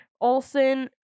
Olson